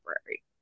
library